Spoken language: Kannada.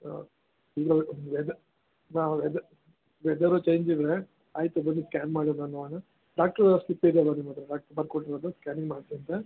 ಹಾಂ ಇದು ವೆದ ವೆದ ವೆದರು ಚೇಂಜ್ ಇದೆ ಆಯಿತು ಬನ್ನಿ ಸ್ಕ್ಯಾನ್ ಮಾಡೋಣ ನೋಡೋಣ ಡಾಕ್ಟ್ರ್ ಸ್ಲಿಪ್ ಇದೆಯಲ್ಲವಾ ನಿಮ್ಮ ಹತ್ತಿರ ಡಾಕ್ಟ್ರ್ ಬರ್ಕೊಟ್ಟಿರೋದು ಸ್ಕ್ಯಾನಿಂಗ್ ಮಾಡಿಸಿ ಅಂತ